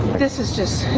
this is just.